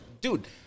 dude